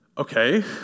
Okay